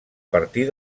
partir